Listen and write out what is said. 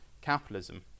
capitalism